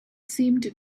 seemed